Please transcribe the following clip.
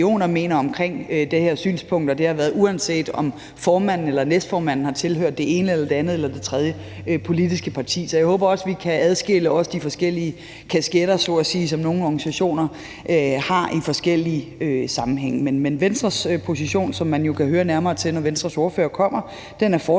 mener om det her synspunkt, og sådan har det været, uanset om formanden eller næstformanden har tilhørt det ene, det andet eller det tredje politiske parti. Så jeg håber også, at vi så at sige kan adskille de forskellige kasketter, som nogle organisationer har i forskellige sammenhænge. Men Venstres position, som man jo kan høre nærmere om, når Venstres ordfører kommer, er fortsat